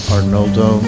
Arnoldo